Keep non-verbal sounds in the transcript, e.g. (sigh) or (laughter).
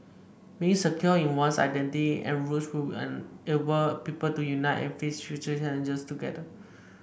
being secure in one's identity and roots will (unintelligible) enable people to unite and face future challenges together